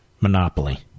monopoly